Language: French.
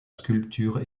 sculpture